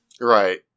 Right